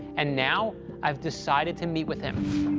and now i've decided to meet with him. i